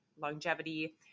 longevity